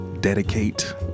dedicate